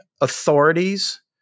authorities